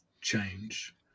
change